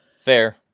Fair